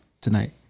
tonight